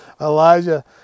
Elijah